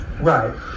Right